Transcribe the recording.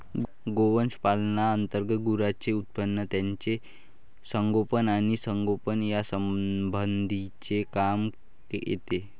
गोवंश पालना अंतर्गत गुरांचे उत्पादन, त्यांचे संगोपन आणि संगोपन यासंबंधीचे काम येते